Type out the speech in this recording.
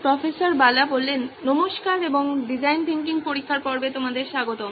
professor Bala নমস্কার এবং design thinking পরীক্ষার পর্বে তোমাদের স্বাগতম